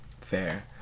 Fair